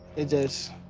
it just.